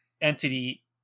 entity